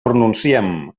pronunciem